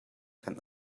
kan